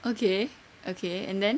okay okay and then